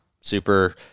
super